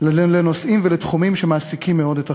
לנושאים ולתחומים שמעסיקים מאוד את החברה.